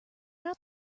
out